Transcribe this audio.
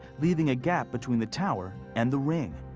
leaving a gap between the tower and the ring.